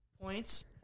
points